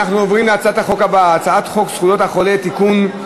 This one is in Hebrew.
אנחנו עוברים להצעת החוק הבאה: הצעת חוק זכויות החולה (תיקון,